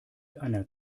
einer